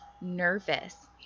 nervous